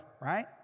right